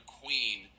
queen